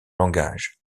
langage